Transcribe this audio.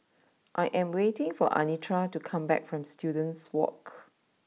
I am waiting for Anitra to come back from Students walk